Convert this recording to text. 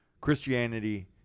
Christianity